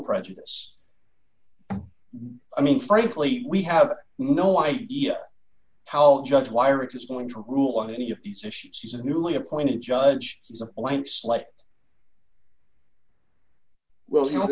prejudice i mean frankly we have no idea how judge why rick is going to rule on any of these issues he's a newly appointed judge he's a blank slate well he w